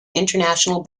international